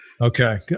Okay